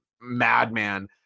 madman